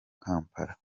kampala